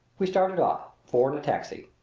we started off four in a taxi.